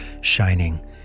shining